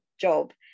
job